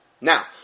Now